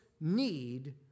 need